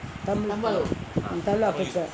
tamil